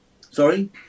Sorry